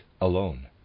alone